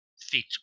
fit